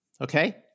Okay